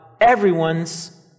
everyone's